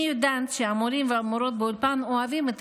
אני יודעת שהמורים והמורות באולפן אוהבים את